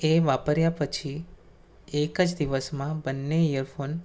એ વાપર્યા પછી એક જ દિવસમાં બંને ઈયરફોન